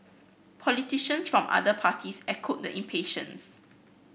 politicians from other parties echoed the impatience